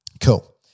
Cool